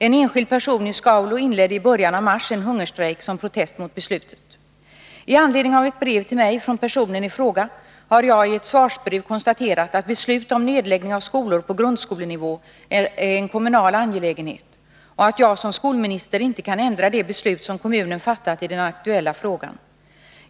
En enskild person i Skaulo inledde i början av mars en hungerstrejk som protest mot beslutet. Med anledning av ett brev till mig från personen i fråga har jag i ett svarsbrev konstaterat att beslut om nedläggning av skolor på grundskolenivå är en kommunal angelägenhet och att jag som skolminister inte kan ändra det beslut som kommunen fattat i den aktuella frågan.